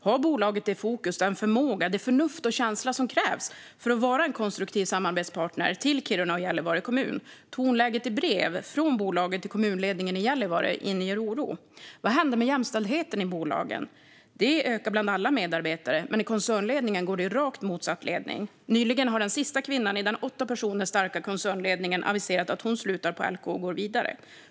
Har bolaget det fokus, den förmåga, det förnuft och den känsla som krävs för att vara en konstruktiv samarbetspartner till Kiruna kommun och Gällivare kommun? Tonläget i brev från bolaget till kommunledningen i Gällivare inger oro. Vad händer med jämställdheten i bolaget? Den ökar bland alla medarbetare, men i koncernledningen går den tyvärr i rakt motsatt riktning. Nyligen har den sista kvinnan i den åtta personer starka koncernledningen aviserat att hon slutar på LKAB och går vidare.